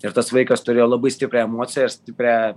ir tas vaikas turėjo labai stiprią emociją ir stiprią